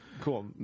cool